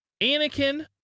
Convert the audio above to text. Anakin